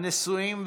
הנישואין והגירושין,